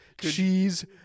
cheese